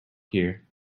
here